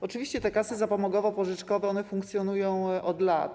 Oczywiście te kasy zapomogowo-pożyczkowe funkcjonują od lat.